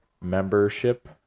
membership